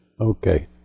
Okay